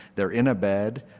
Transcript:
they are in bed,